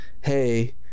hey